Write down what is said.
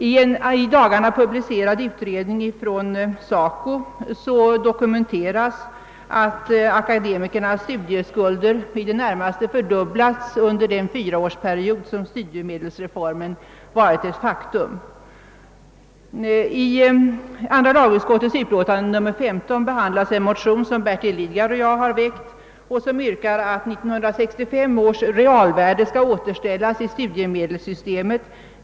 I en i dagarna publicerad utredning från SACO dokumenteras att akademikernas studieskulder i det närmaste fördubblats under den fyraårsperiod som studiemedelsreformen varit i kraft. I andra lagutskottets utlåtande nr 15 behandlas två likalydande motioner, väckta av herr Lidgard och mig, där vi yrkar att 1965 års realvärde skall återställas i studiemedelssystemet.